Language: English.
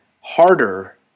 harder